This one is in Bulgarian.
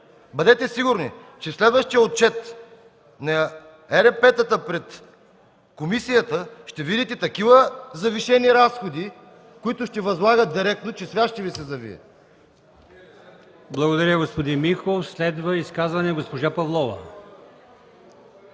бъдете сигурни, че в следващия отчет на ЕРП-та пред комисията ще видите такива завишени разходи, които ще възлагат, че свят ще Ви се завие.